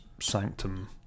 sanctum